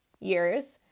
years